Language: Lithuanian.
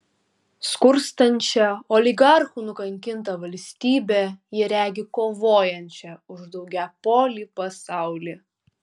skurstančią oligarchų nukankintą valstybę jie regi kovojančią už daugiapolį pasaulį